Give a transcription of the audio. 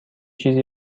چیزی